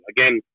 Again